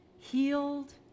healed